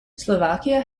slovakia